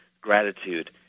gratitude